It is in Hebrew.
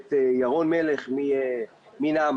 את ירון מלך מנעמ"ת.